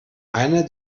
eine